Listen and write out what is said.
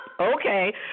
Okay